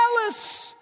jealous